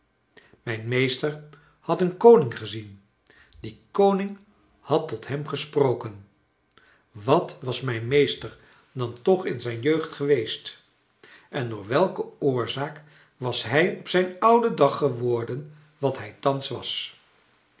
mijn meester had een koning gezien die koning had tot hem gesproken wat was mijn meester dan toch in zijn jeugd geweest en door welke oorzaak was hij op zijn ouden dag geworden wat hij thans was